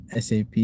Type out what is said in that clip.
sap